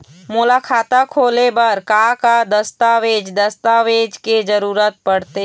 मोला खाता खोले बर का का दस्तावेज दस्तावेज के जरूरत पढ़ते?